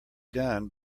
done